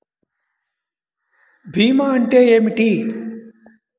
భీమా అంటే ఏమిటి?